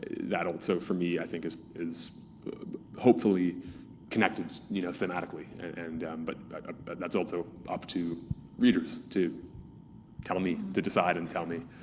that also for me, i think is is hopefully connected fanatically, and and um but that's also up to readers to tell me, to decide and tell me.